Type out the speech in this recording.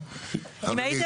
אני מרט"ג,